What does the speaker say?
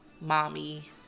mommy